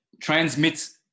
transmits